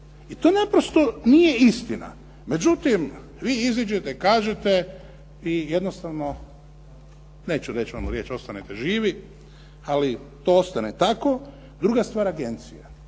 I to naprosto nije istina, međutim, vi iziđete, kažete i jednostavno neću reći onu riječ ostanete živi, ali to ostane tako. Druga stvar, agencija.